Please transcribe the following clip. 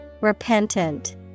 Repentant